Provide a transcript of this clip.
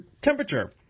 temperature